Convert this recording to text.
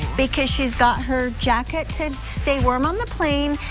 because she's got her jacket to stay warm on the plane,